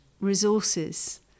resources